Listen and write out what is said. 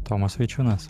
tomas vaičiūnas